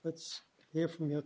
let's hear from your